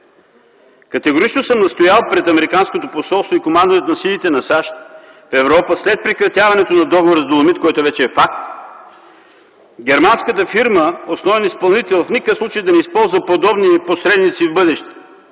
Категорично съм настоял пред американското посолство и командването на силите на САЩ в Европа, след прекратяването на договора с „Доломит М”, който вече е факт, германската фирма основен изпълнител, в никакъв случай да не използва подобни посредници в бъдеще,